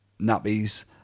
nappies